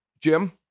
Jim